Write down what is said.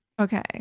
Okay